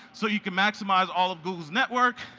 so you can maximise all of google's network.